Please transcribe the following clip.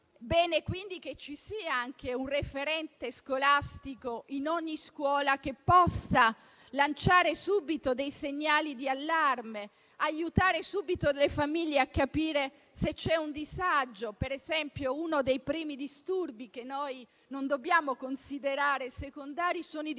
Bene quindi che ci sia anche un referente scolastico in ogni scuola, che possa lanciare subito dei segnali di allarme, aiutare subito le famiglie a capire se c'è un disagio. Per esempio, uno dei primi disturbi che noi non dobbiamo considerare secondario è quello